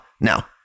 Now